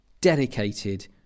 dedicated